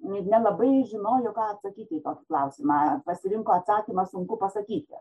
nelabai žinojo ką atsakyti į klausimą pasirinko atsakymą sunku pasakyti